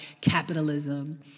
capitalism